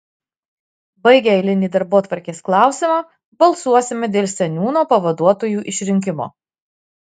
baigę eilinį darbotvarkės klausimą balsuosime dėl seniūno pavaduotojų išrinkimo